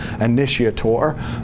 initiator